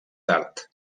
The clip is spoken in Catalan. tard